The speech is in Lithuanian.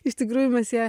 iš tikrųjų mes ją